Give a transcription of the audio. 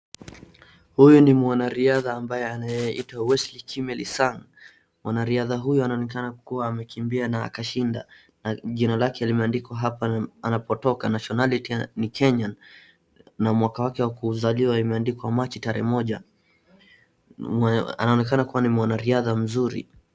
Huyu ni mwanariadha ambaye anayeitwa Wesley Kimeli Sang, mwanariadha huyu anaonekana kuwa amekimbia na akashinda na jina lake limeandikwa hapa na anapotoka, nationality ni Kenyan na mwaka wake wa kuzaliwa imeandikwa machi tarehe moja, anaonekana kuwa ni mwanariadha mzuri.